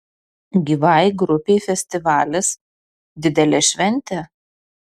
gyvai grupei festivalis didelė šventė